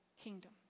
kingdom